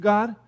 God